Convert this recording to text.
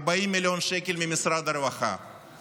40 מיליון שקל ממשרד הרווחה,